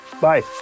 Bye